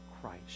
Christ